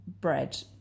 bread